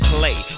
Play